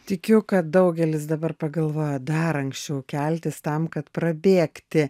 tikiu kad daugelis dabar pagalvoja dar anksčiau keltis tam kad prabėgti